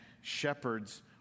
shepherds